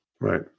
Right